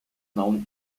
known